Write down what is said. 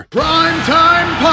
Primetime